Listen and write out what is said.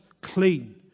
clean